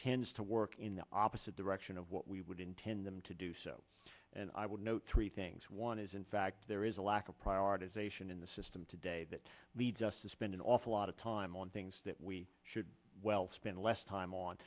tends to work in the opposite direction of what we would intend them to do so and i would note three things one is in fact there is a lack of prioritization in the system today that leads us to spend an awful lot of time on things that we should well spend less time on